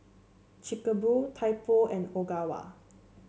Chic A Boo Typo and Ogawa